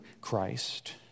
Christ